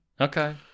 okay